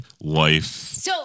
life